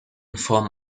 form